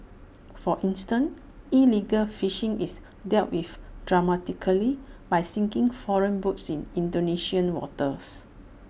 for instance illegal fishing is dealt with dramatically by sinking foreign boats in Indonesian waters